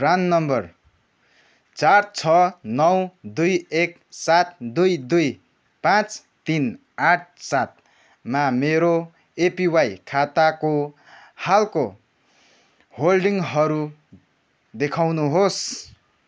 PRAN number चार छ नौ दुई एक सात दुई दुई पाँच तिन आठ सातमा मेरो एपिवाई खाताको हालको होल्डिङहरू देखाउनुहोस्